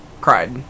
Cried